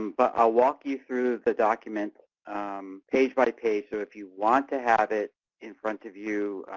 but i'll walk you through the document page by page, so if you want to have it in front of you,